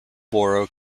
boro